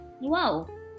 Wow